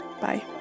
bye